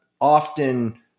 often